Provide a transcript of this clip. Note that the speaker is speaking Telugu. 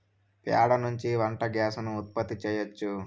ప్యాడ నుంచి వంటకు గ్యాస్ ను ఉత్పత్తి చేయచ్చు